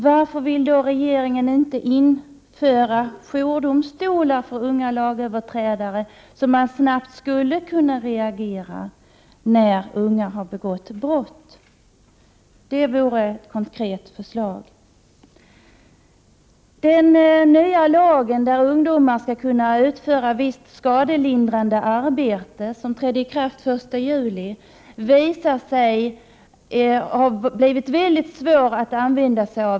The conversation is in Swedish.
Varför vill då regeringen inte införa jourdomstolar för unga lagöverträdare, så att man snabbt skulle kunna reagera när unga har begått brott? Det vore ett konkret förslag. Den nya lag som innebär att ungdomar skall kunna utföra visst skadelindrande arbete och som trädde i kraft den 1 juli har visat sig bli svår att använda.